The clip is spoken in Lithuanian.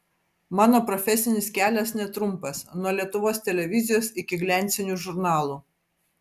mano profesinis kelias netrumpas nuo lietuvos televizijos iki gliancinių žurnalų